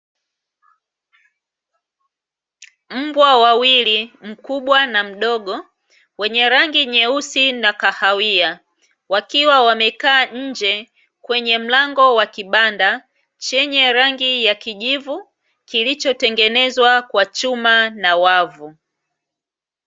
Mbwa wawili mkubwa na mdogo wenye rangi nyeusi na kahawia, wakiwa wamekaa nje kwenye mlango wa kibanda chenye rangi ya kijivu, kilichotengenezwa kwa chuma na wavu.